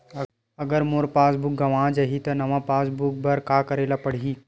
अगर मोर passbook गवां जाहि त नवा पास बुक बर का करे ल पड़हि?